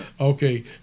Okay